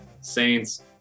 Saints